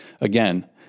again